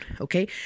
Okay